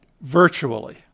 virtually